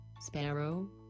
sparrow